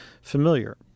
familiar